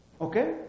okay